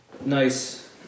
nice